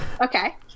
Okay